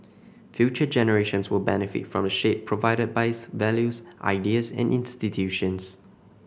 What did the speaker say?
future generations will benefit from the shade provided by his values ideas and institutions